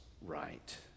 right